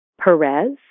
Perez